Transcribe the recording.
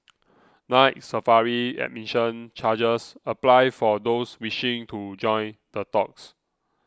Night Safari admission charges apply for those wishing to join the talks